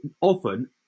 often